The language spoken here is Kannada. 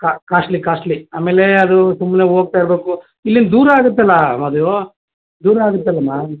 ಹಾಂ ಕಾಶ್ಟ್ಲಿ ಕಾಶ್ಟ್ಲಿ ಆಮೇಲೆ ಅದು ಸುಮ್ಮನೆ ಹೋಗ್ತಾ ಇರಬೇಕು ಇಲ್ಲಿಂದ ದೂರ ಆಗುತ್ತಲ್ಲ ಮಾದೇವು ದೂರ ಆಗುತ್ತಲ್ಲಮ್ಮ